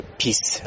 peace